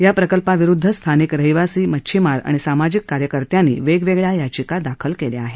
या प्रकल्पाविरुदध स्थानिक रहिवासी मच्छिमार आणि सामाजिक कार्यकर्त्यांनी वेगवेगळ्या याचिका दाखल केल्या आहेत